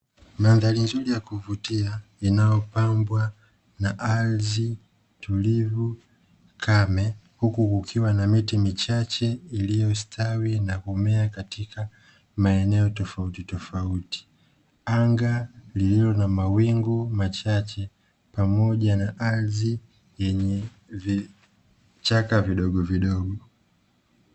Mandhari nzuri ya kuvutia inayopambwa na ardhi tulivu kame huku kukiwa na miti michache iliyostawi na kumea katika maeneo tofautitofauti. Anga lililo na mawingu machache pamoja na ardhi yenye vichaka vidogovidogo.